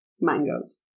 mangoes